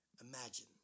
Imagine